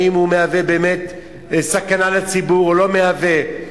אם הוא מהווה באמת סכנה לציבור או לא מהווה.